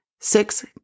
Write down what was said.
Six